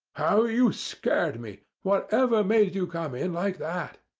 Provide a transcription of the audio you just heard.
how you scared me! whatever made you come in like that.